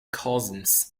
cousins